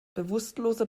bewusstlose